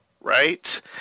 Right